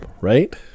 right